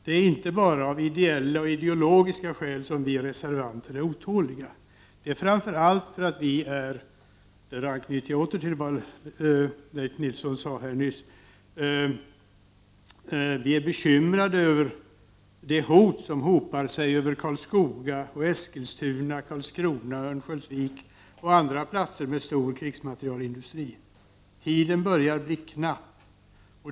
Det är inte bara av ideella och ideologiska skäl som vi reservanter är otåliga, det är framför allt för att vi är bekymrade över de hot som hopar sig över Karlskoga, Eskilstuna, Karlskrona, Örnsköldsvik och andra platser med en stor krigsmaterielindustri. Detta anknyter alltså återigen till vad Rolf L Nilson nyss sade. Tiden börjar bli knapp.